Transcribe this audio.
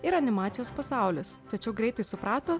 ir animacijos pasaulis tačiau greitai suprato